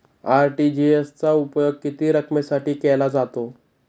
RTGS चा उपयोग किती रकमेसाठी केला जातो?